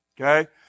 Okay